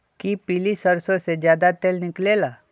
कि पीली सरसों से ज्यादा तेल निकले ला?